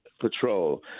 patrol